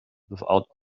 without